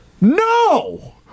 No